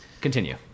Continue